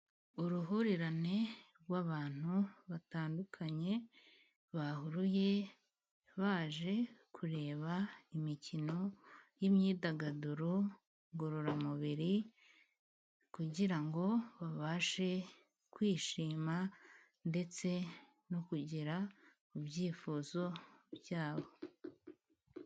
Uruhurirane rw'abantu batandukanye bahuruye baje kureba imikino y'imyidagaduro ngororamubiri, kugira ngo babashe kwishima, ndetse no kugera ku byifuzo byabo.